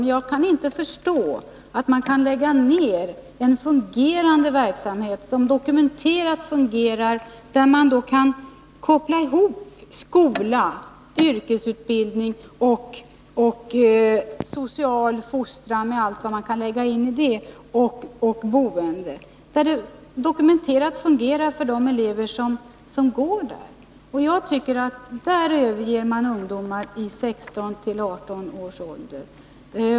Men jag kan inte förstå varför man lägger ned en verksamhet som dokumenterat fungerar, en verksamhet där man kan koppla ihop skola, yrkesutbildning, social fostran — med allt vad man kan lägga in i det — och boende. Det är ju dokumenterat att verksamheten fungerar för de elever som går vid riksyrkesskolorna. Jag tycker att man där överger ungdomar i 16-18-årsåldern.